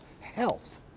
health